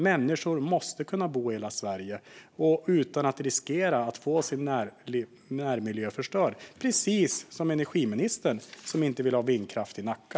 Människor måste kunna bo i hela Sverige utan att riskera att få sin närmiljö förstörd, precis som energiministern, som inte vill ha vindkraft i Nacka.